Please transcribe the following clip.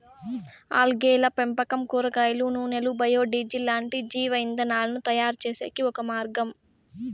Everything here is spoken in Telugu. ఆల్గేల పెంపకం కూరగాయల నూనెలు, బయో డీజిల్ లాంటి జీవ ఇంధనాలను తయారుచేసేకి ఒక మార్గం